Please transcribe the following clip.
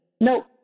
no